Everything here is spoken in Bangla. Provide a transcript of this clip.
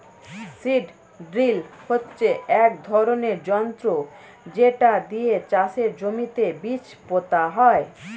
সীড ড্রিল হচ্ছে এক ধরনের যন্ত্র যেটা দিয়ে চাষের জমিতে বীজ পোতা হয়